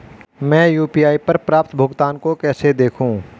मैं यू.पी.आई पर प्राप्त भुगतान को कैसे देखूं?